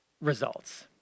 results